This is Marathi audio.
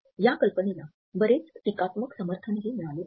या कल्पनेला बरेच टीकात्मक समर्थनही मिळाले आहे